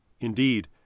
Indeed